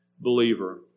believer